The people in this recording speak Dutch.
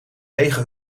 lege